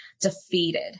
defeated